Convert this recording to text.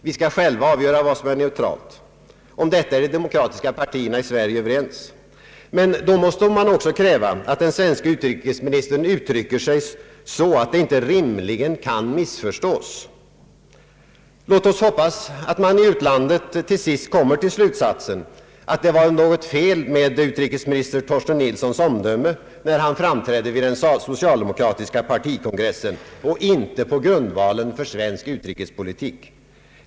Vi skall själva avgöra vad som är neutralt — därom är de demokratiska partierna i Sverige överens. Då måste man emellertid också kräva att den svenske utrikesministern uttrycker sig så, att hans uttalande inte rimligen kan missförstås. Låt oss hoppas att man i utlandet till sist kommer till slutsatsen att det var något fel med utrikesminister Nilssons omdöme, när han framträdde vid den socialdemokratiska partikongressen, och inte på grundvalen för svensk utrikespolitik.